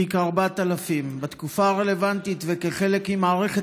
תיק 4000: "בתקופה הרלוונטית וכחלק ממערכת